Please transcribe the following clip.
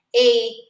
A-